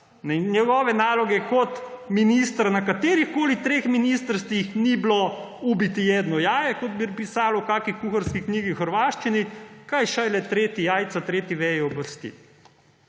Njegova naloga kot ministra na katerihkoli treh ministrstvih ni bila »ubiti jedno jaje«, kot bi pisalo v kakšni kuharski knjigi v hrvaščini, kaj šele treti jajca tretji veji oblasti.